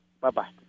Bye-bye